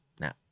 Now